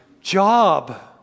job